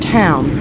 town